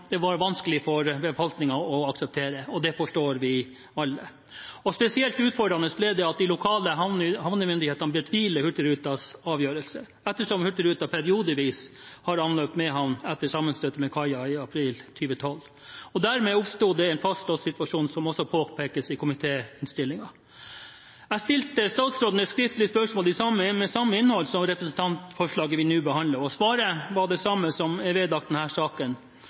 det var vanskelig for befolkningen å akseptere, og det forstår vi alle. Spesielt utfordrende ble det ved at de lokale havnemyndighetene betviler Hurtigrutens avgjørelse, ettersom Hurtigruten periodevis har anløpt Mehamn etter sammenstøtet med kaia i april 2012. Dermed oppsto det en fastlåst situasjon, noe som også påpekes i komitéinnstillingen. Jeg stilte statsråden et skriftlig spørsmål med samme innhold som representantforslaget vi nå behandler. Svaret var det samme som er vedlagt denne saken. Jeg stiller meg bak de vurderinger statsråden og komiteen gjør i den